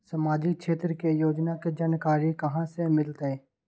सामाजिक क्षेत्र के योजना के जानकारी कहाँ से मिलतै?